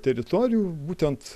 teritorijų būtent